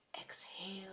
exhale